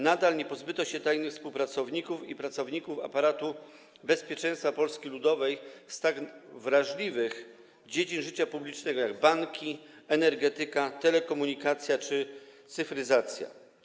Nadal nie pozbyto się tajnych współpracowników i pracowników aparatu bezpieczeństwa Polski Ludowej z tak wrażliwych dziedzin życia publicznego, jak banki, energetyka, telekomunikacja czy cyfryzacja.